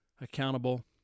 accountable